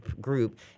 group